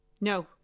No